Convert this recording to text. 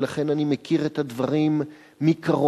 ולכן אני מכיר את הדברים מקרוב,